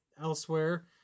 elsewhere